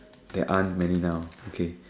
there aren't many now okay